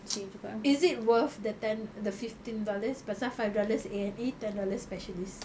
is it worth the ten the fifteen dollars pasal five dollars A&E ten dollars specialist